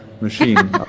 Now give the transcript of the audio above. machine